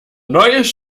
neues